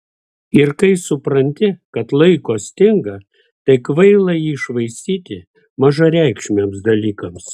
ir kai supranti kad laiko stinga tai kvaila jį švaistyti mažareikšmiams dalykams